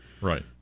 Right